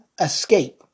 escape